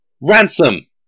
Ransom